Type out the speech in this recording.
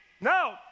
No